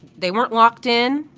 they weren't locked in.